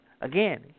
again